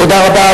תודה רבה.